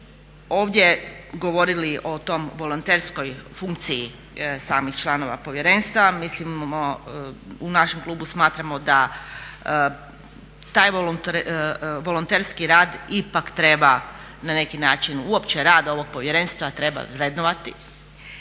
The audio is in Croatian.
ovdje govorili o toj volonterskoj funkciji samih članova povjerenstva. U našem klubu smatramo da taj volonterski rad ipak treba na neki način, uopće rad ovog povjerenstva treba vrednovati